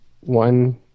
one